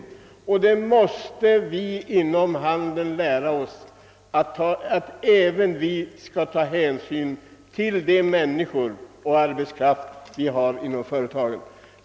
Inom handeln måste vi lära oss att ta hänsyn till den arbetskraft vi har inom företaget.